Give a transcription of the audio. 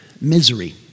misery